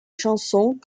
chansons